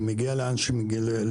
מגיע לאן שמגיע,